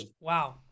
Wow